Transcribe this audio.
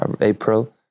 April